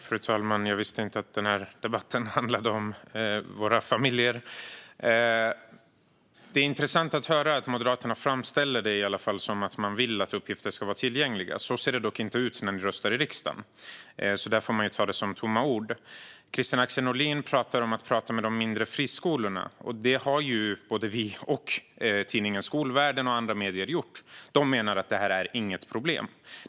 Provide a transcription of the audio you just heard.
Fru talman! Jag visste inte att den här debatten handlade om våra familjer. Det är intressant att höra att Moderaterna framställer det som att man vill att uppgifter ska vara tillgängliga. Så ser det dock inte ut när ni röstar i riksdagen, så det får man ta som tomma ord. Kristina Axén Olin pratar om att vi ska tala med de mindre friskolorna. Det har både vi och tidningen Skolvärlden och andra medier gjort. De menar att det här inte är ett problem.